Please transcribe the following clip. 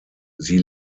sie